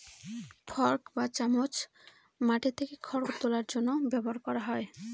fork বা চামচ মাটি থেকে খড় তোলার জন্য ব্যবহার করা হয়